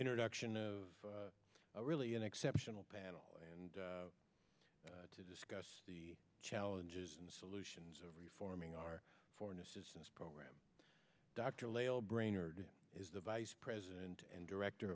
introduction of really an exceptional panel and to discuss the challenges and solutions of reforming our foreign assistance program dr lael brainard is the vice president and director